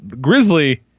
Grizzly